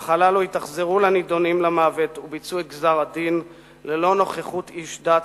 אך הללו התאכזרו לנידונים למוות וביצעו את גזר-הדין ללא נוכחות איש דת,